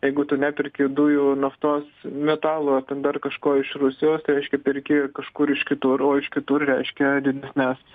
jeigu tu neperki dujų naftos metalų ar ten dar kažko iš rusijos tai reiškia perki kažkur iš kitur o iš kitur reiškia didesnes